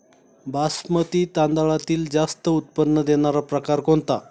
बासमती तांदळातील जास्त उत्पन्न देणारा प्रकार कोणता?